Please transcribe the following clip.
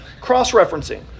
Cross-referencing